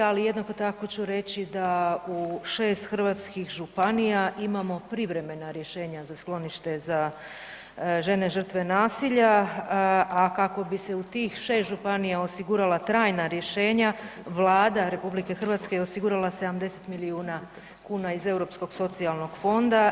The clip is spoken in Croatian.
Ali jednako tako ću reći da u 6 hrvatskih županija imamo privremena rješenja za sklonište za žene žrtve nasilja, a kako bi se u tih 6 županija osigurala trajna rješenja Vlada Republike Hrvatske je osigurala 70 milijuna kuna iz Europskog socijalnog fonda.